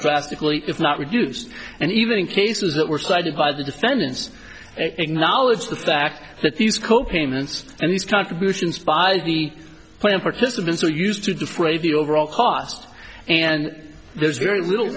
drastically if not reduced and even in cases that were cited by the defendants acknowledge the fact that these co payments and these contributions by the plan participants are used to defray the overall cost and there's very little